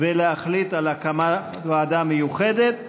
ולהחליט על הקמת ועדה מיוחדת.